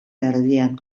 erdian